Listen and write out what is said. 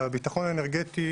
בביטחון האנרגטי